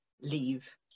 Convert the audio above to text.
leave